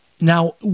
Now